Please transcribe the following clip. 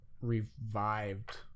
revived